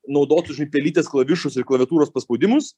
naudotų žinai pelytės klavišus ir klaviatūros paspaudimus